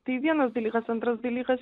tai vienas dalykas antras dalykas